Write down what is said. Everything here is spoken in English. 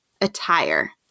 attire